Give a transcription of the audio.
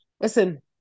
Listen